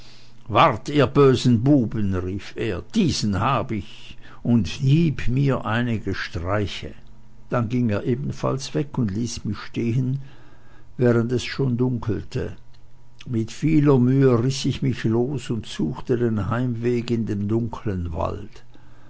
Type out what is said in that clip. wart ihr bösen buben rief er diesen hab ich und hieb mir einige streiche dann ging er ebenfalls weg und ließ mich stehen während es schon dunkelte mit vieler mühe riß ich mich los und suchte den heimweg in dem dunklen wald